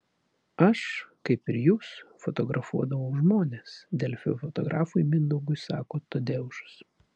aš kaip ir jūs fotografuodavau žmones delfi fotografui mindaugui sako tadeušas